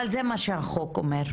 אבל זה מה שהחוק אומר.